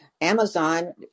Amazon